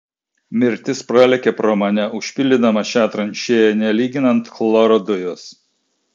mirtis pralėkė pro mane užpildydama šią tranšėją nelyginant chloro dujos